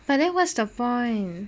but then what's the point